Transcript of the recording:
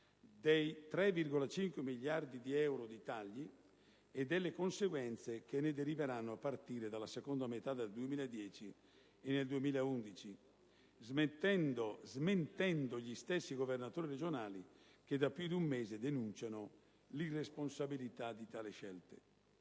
dei 3,5 miliardi di euro di tagli e delle conseguenze che ne deriveranno a partire dalla seconda metà del 2010 e nel 2011, smentendo gli stessi governatori regionali che da più di un mese denunciano l'irresponsabilità di tali scelte.